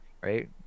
right